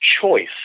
choice